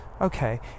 okay